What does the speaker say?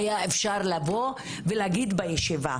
היה אפשר לבוא ולהגיד בישיבה.